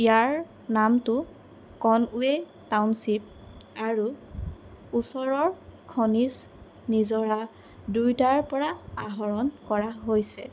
ইয়াৰ নামটো কনৱে টাউনশ্বিপ আৰু ওচৰৰ খনিজ নিজৰা দুয়োটাৰ পৰা আহৰণ কৰা হৈছে